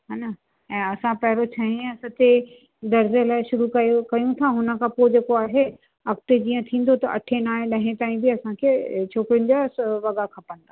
हान ऐं असां पहिरियों छहें या सतें दर्ज़े लाइ शुरू कयूं कयूं था हुन खां पोइ जेको आहे अॻिते जीअं थींदो त अठे नाहें ॾहें ताईं बि असांखे छोकिरियुनि जा वॻा खपंदा